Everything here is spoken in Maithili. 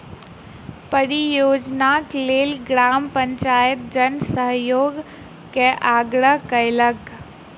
परियोजनाक लेल ग्राम पंचायत जन सहयोग के आग्रह केलकै